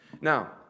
Now